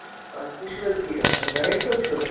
آ تُہۍ چھُو حظ یہِ گایِڈ صٲب چھُو حظ